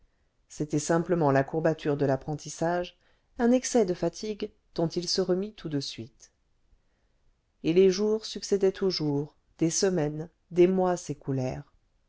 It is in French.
c'était simplement la courbature de l'apprentissage un excès de fatigue dont il se remit tout de suite et les jours succédaient aux jours des semaines des mois